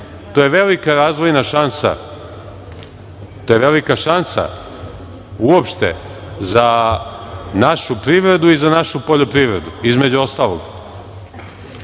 To je velika razvojna šansa, to je velika šansa uopšte za našu privredu i za našu poljoprivredu, između ostalog. Rekao